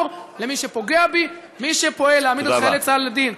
אתם פשוט נמצאים באינפלציה של חקיקה אנטי-דמוקרטית.